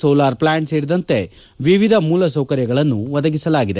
solar plant ಸೇರಿದಂತೆ ವಿವಿಧ ಮೂಲ ಸೌಕರ್ಯಗಳನ್ನು ಒದಗಿಸಲಾಗಿದೆ